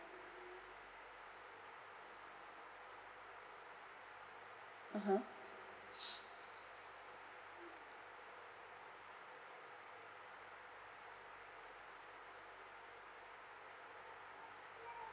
(uh huh)